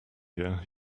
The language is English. year